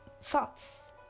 thoughts